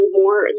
more